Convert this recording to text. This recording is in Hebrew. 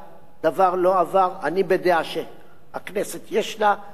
אני בדעה שהכנסת יש לה סמכות האספה המכוננת,